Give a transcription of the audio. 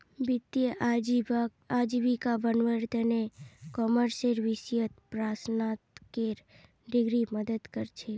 वित्तीय आजीविका बनव्वार त न कॉमर्सेर विषयत परास्नातकेर डिग्री मदद कर छेक